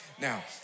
Now